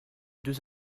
deux